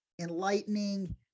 enlightening